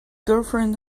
girlfriend